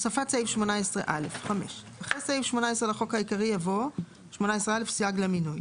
הוספת סעיף 18א. 5. אחרי סעיף 18 לחוק העיקרי יבוא: 18א. סייג למינוי.